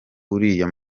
uriya